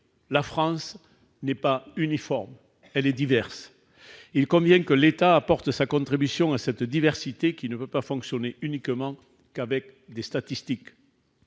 pays n'est pas uniforme : la France est diverse ! Il convient que l'État apporte sa contribution à cette diversité, qui ne peut pas fonctionner uniquement avec des statistiques.